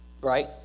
Right